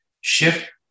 shift